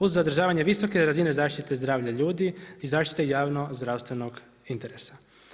Uz zadržavanje visoke razine zaštite zdravlja ljudi i zaštite javno-zdravstvenog interesa.